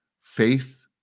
faith